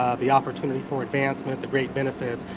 ah the opportunity for advancement, the great benefits,